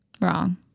Wrong